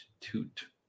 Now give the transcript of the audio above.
Toot